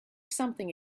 something